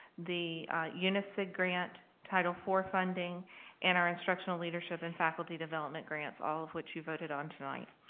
the unisig grant, title four funding and our instructional leadership and faculty development grants all of which you voted on tonight.